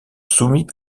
soumis